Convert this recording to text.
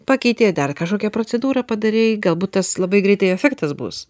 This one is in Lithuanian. pakeitė dar kažkokia procedūra padarei galbūt tas labai greitai efektas bus